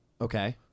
Okay